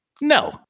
No